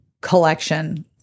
collection